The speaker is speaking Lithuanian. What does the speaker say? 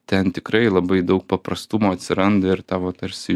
ten tikrai labai daug paprastumo atsiranda ir tavo tarsi